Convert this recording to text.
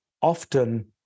often